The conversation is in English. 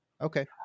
okay